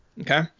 Okay